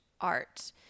art